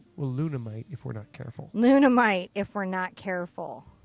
luna might if we're not careful. luna might if we're not careful.